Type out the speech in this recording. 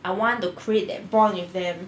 I want to create that bond with them